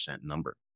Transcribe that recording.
number